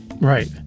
Right